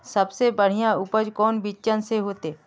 सबसे बढ़िया उपज कौन बिचन में होते?